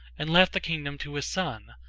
and left the kingdom to his son,